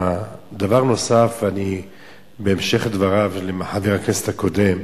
דבר נוסף, בהמשך לדבריו של חבר הכנסת הקודם: